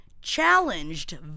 challenged